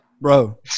Bro